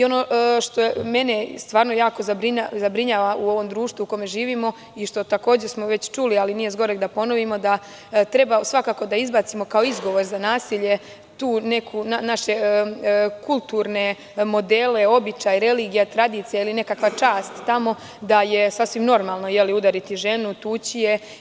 Ono što mene jako zabrinjava u ovom društvu u kojem živimo i što smo takođe već čuli, ali nije s goreg da ponovimo, da treba svakako da izbacimo kao izgovor za nasilje naše kulturne modele, običaje, religije, tradicije ili nekakva čast tamo, da je sasvim normalno udariti ženu, tući je.